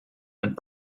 and